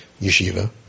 yeshiva